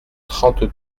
trente